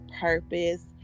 purpose